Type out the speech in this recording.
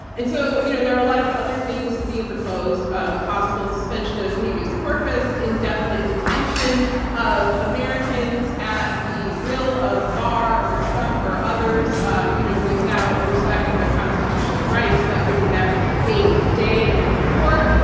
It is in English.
and so you know there are a lot of other things being proposed, um a possible suspension of habeas corpus, indefinite detention of americans at the will of barr or trump or others um you know without respecting their constitutional rights, without giving them a day in court.